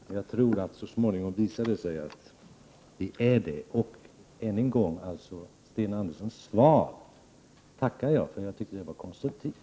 Jag tror att det så småningom skall visa sig att vi är överens. Jag vill än en gång tacka för Sten Anderssons svar. Jag tycker att det var konstruktivt.